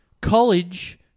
College